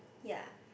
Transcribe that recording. ya